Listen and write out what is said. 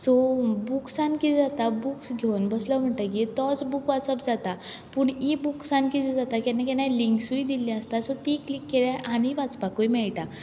so बूक्सान कितें जाता बूक्स घेवन बसलो म्हणटकीच तोच बूक घेवन बसप जाता पूण इ बूक्सान कितें जाता केन्ना केन्ना लींक्स दिल्ली आसता सो ती क्लिक केल्यार आनी वाचपाकय मेळटा